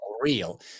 real